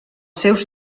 seus